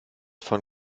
von